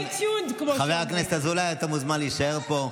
חבר הכנסת אזולאי, אתה מוזמן להישאר פה.